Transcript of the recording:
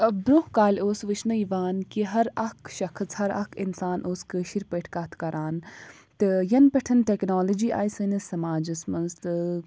برٛونٛہہ کالہِ اوس وُچھنہٕ یِوان کہِ ہر أکھ شَخص ہر اکھ اِنسان اوس کأشِرۍ پٲٹھۍ کَتھ کران تہٕ یَنہٕ پٮ۪ٹھ ٹٮ۪کنالجی آیہِ سٲنِس سَماجس منٛز تہٕ